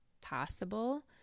possible